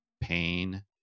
pain